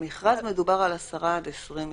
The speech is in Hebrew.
במכרז מדובר על 10 עד 20 משתתפים,